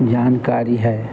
जानकारी है